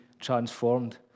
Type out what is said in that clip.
transformed